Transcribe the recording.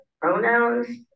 pronouns